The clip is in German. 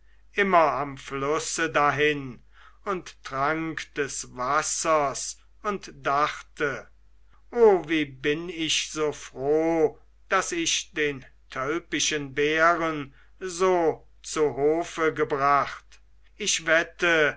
immer am flusse dahin und trank des wassers und dachte o wie bin ich so froh daß ich den tölpischen bären so zu hofe gebracht ich wette